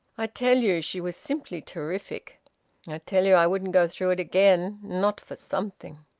i tell you she was simply terrific. i tell you i wouldn't go through it again not for something.